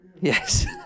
Yes